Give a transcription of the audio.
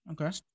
Okay